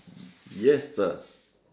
yes sir